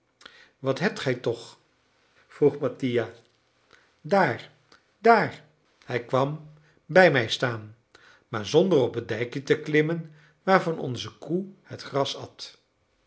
wat hebt gij toch vroeg mattia daar daar hij kwam bij mij staan maar zonder op het dijkje te klimmen waarvan onze koe het gras at